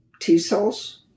T-cells